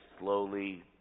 slowly